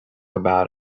about